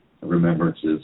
remembrances